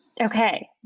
Okay